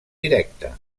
directe